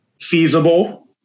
feasible